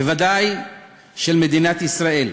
בוודאי של מדינת ישראל,